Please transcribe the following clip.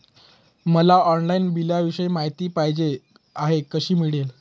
मला ऑनलाईन बिलाविषयी माहिती पाहिजे आहे, कशी मिळेल?